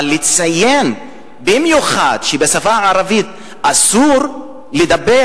אבל לציין במיוחד שבשפה הערבית אסור לדבר,